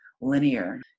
linear